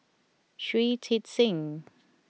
Shui Tit Sing